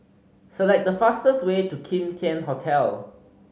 select the fastest way to Kim Tian Hotel